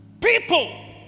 People